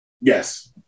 Yes